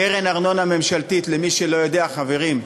קרן ארנונה ממשלתית, למי שלא יודע, חברים,